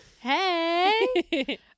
Hey